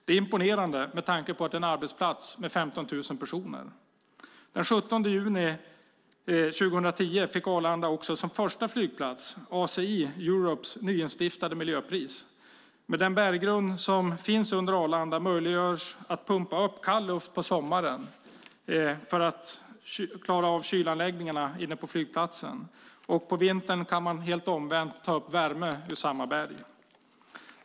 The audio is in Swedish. Det är imponerande med tanke på att det är en arbetsplats med 15 000 personer. Den 17 juni 2010 fick Arlanda som första flygplats ACI Europes nyinstiftade miljöpris. Med den berggrund som finns under Arlanda möjliggörs att kall luft pumpas upp på sommaren för kylanläggningarna inne på flygplatsen, och på vintern kan man omvänt ta upp värme ur samma berg.